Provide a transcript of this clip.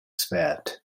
sweat